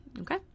Okay